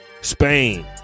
Spain